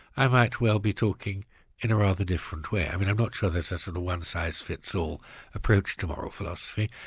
i might well be talking in a rather different way. i'm and i'm not sure there's a sort of one-size-fits-all approach to moral philosophy.